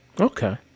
Okay